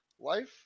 Life